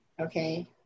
okay